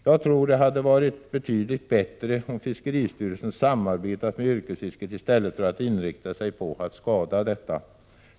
Jag tror det hade varit betydligt bättre om fiskeristyrelsen hade samarbetat med yrkesfisket i stället för att inrikta sig på att skada detta.